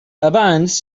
abans